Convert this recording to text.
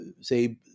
say